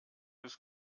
ist